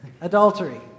adultery